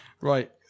Right